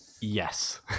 Yes